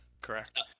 correct